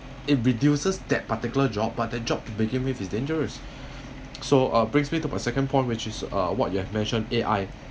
it reduces that particular job but their job to begin with is dangerous so uh brings me to my second point which is uh what you have mentioned A_I